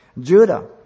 Judah